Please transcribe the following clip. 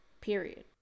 Period